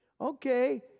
Okay